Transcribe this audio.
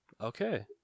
Okay